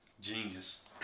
Genius